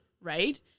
right